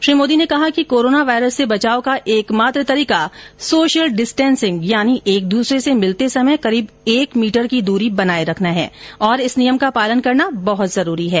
श्री मोदी ने कहा कि कोरोना वायरस से बचाव का एकमात्र तरीका सोशल डिस्टेंसिंग यानी एक दूसरे से मिलते समय करीब एक मीटर की दूरी बनाए रखना है और इस नियम का पालन करना बहुत जरूरी है